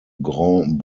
grand